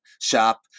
shop